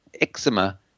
eczema